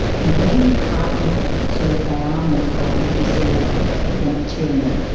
and when you frighten people so that they are more frightened of disorder than of tyranny,